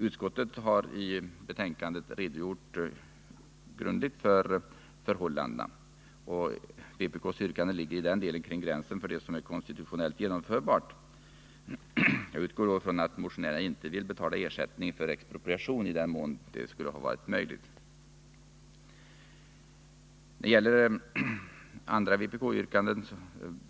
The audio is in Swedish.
Utskottet har i betänkandet grundligt redogjort för förhållandena, och vpk:s yrkande ligger i den delen vid gränsen för det som är konstitutionellt genomförbart. Jag utgår då från att motionärerna önskar att ersättning inte skall betalas efter expropriation, i den mån detta skulle ha varit möjligt. När det gäller andra vpk-yrkanden